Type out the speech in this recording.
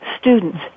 students